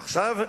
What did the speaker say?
עכשיו,